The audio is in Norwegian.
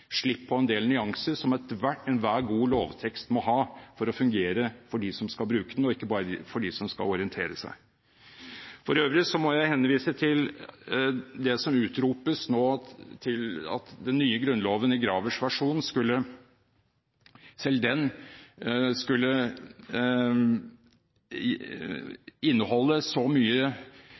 slipp på en del nyanser som enhver god lovtekst må ha for å fungere for dem som skal bruke den, og ikke bare for dem som skal orientere seg. For øvrig må jeg henvise til det som nå utropes – at selv den nye Grunnloven i Gravers versjon skulle inneholde så mye